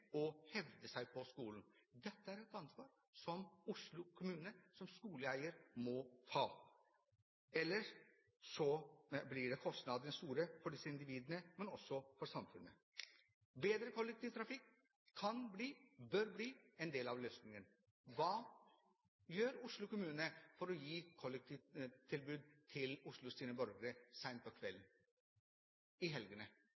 hevde seg på skolen. Dette er et ansvar som Oslo kommune som skoleeier må ta. Ellers blir kostnadene store – for disse individene, men også for samfunnet. Bedre kollektivtilbud kan og bør bli en del av løsningen. Hva gjør Oslo kommune for å gi et kollektivtilbud til Oslos borgere sent på kvelden og i helgene?